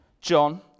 john